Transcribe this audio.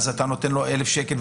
שגם אם תיתן לו 1,000 שקל,